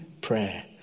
prayer